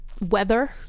weather